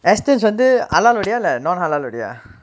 Astons வந்து:vanthu halal ஓடயே இல்ல:odayae illa non halal ஓடையா:odaiyaa